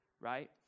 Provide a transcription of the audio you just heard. right